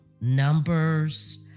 numbers